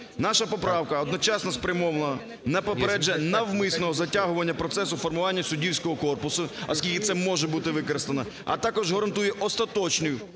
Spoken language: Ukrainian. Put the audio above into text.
наша поправка одночасно спрямована на попередження навмисного затягування процесу формування суддівського корпусу, оскільки це може бути використано. А також гарантує остаточність,